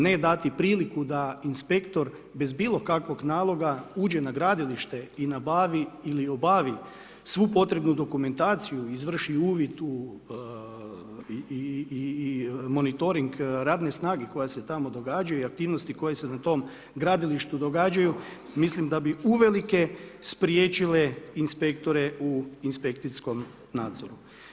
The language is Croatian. Ne dati priliku da inspektor bez bilokakvog naloga uđe na gradilište ili obavi svu potrebnu dokumentaciju i izvrši uvid u monitoring radne snage koja se tamo događaju i aktivnosti koje se na tom gradilištu događaju, mislim da bi uvelike spriječile inspektore u inspekcijskom nadzoru.